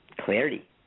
clarity